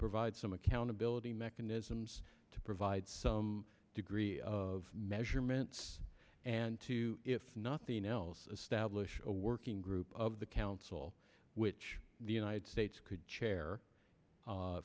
provide some accountability mechanisms to provide some degree of measurements and to if nothing else stablish a working group of the council which the united states c